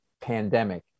pandemic